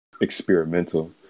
experimental